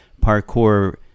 parkour